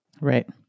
Right